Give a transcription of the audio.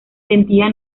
sentía